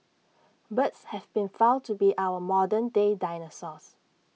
birds have been found to be our modern day dinosaurs